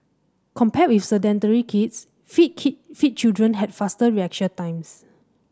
compared with sedentary kids fit keep fit children had faster reaction times